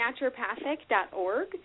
naturopathic.org